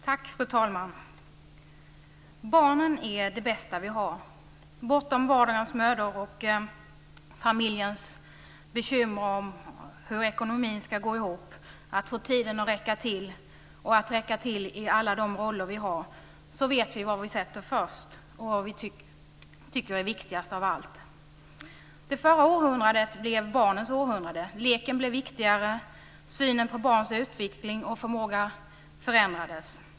Fru talman! Barnen är det bästa vi har. Bortom vardagens mödor att få familjens ekonomi att gå ihop, att få tiden att räcka och att räcka till i alla våra roller så vet vi vad vi sätter först och vad vi tycker är viktigast av allt. Det förra århundradet blev barnens århundrade. Leken blev viktigare, synen på barns utveckling och förmåga förändrades.